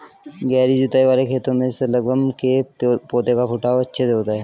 गहरी जुताई वाले खेतों में शलगम के पौधे का फुटाव अच्छे से होता है